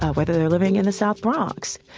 ah whether they're living in the south bronx,